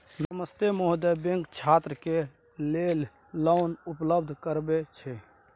नमस्ते महोदय, बैंक छात्र के लेल लोन उपलब्ध करबे छै?